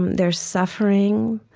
there's suffering.